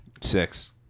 Six